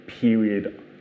period